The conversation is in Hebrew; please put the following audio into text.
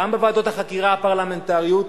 גם בוועדות החקירה הפרלמנטריות,